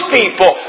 people